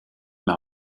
mehr